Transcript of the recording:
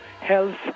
health